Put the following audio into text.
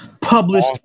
published